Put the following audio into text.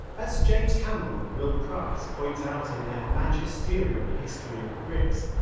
as james campbell and will price point out in their magisterial history of bricks,